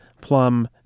plum